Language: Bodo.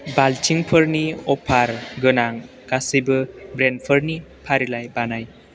बाल्थिंफोरनि अफार गोनां गासैबो ब्रेन्डफोरनि फारिलाइ बानाय